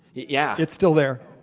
yeah it's still there.